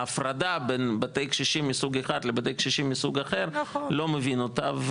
ההפרדה בין בתי קשישים מסוג אחד לבתי קשישים מסוג אחר לא מבין אותה,